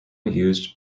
used